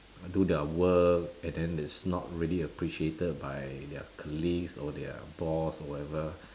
I do their work and then it's not really appreciated by their colleagues or their boss or whatever